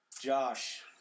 Josh